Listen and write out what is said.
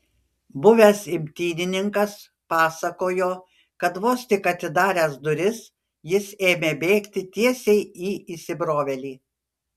buvęs imtynininkas pasakojo kad vos tik atidaręs duris jis ėmė bėgti tiesiai į įsibrovėlį